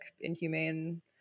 inhumane